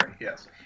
yes